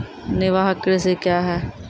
निवाहक कृषि क्या हैं?